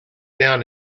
down